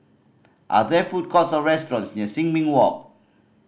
are there food courts or restaurants near Sin Ming Walk